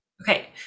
Okay